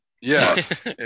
Yes